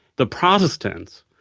the protestants,